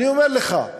אני אומר לך: